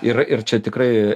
ir ir čia tikrai